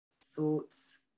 thoughts